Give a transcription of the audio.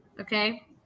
okay